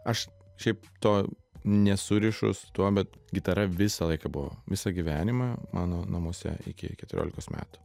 aš šiaip to nesurišu tuo bet gitara visą laiką buvo visą gyvenimą mano namuose iki keturiolikos metų